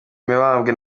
mibambwe